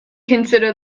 consider